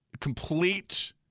complete